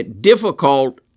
difficult